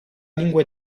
lingua